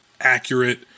accurate